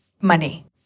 money